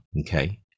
okay